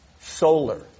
Solar